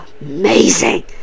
amazing